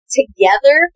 together